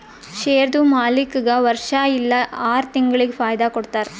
ಶೇರ್ದು ಮಾಲೀಕ್ಗಾ ವರ್ಷಾ ಇಲ್ಲಾ ಆರ ತಿಂಗುಳಿಗ ಫೈದಾ ಕೊಡ್ತಾರ್